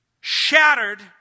shattered